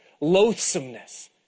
loathsomeness